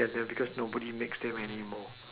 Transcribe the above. get them because nobody makes them anymore